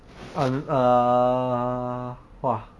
um err !wah!